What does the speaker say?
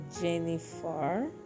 jennifer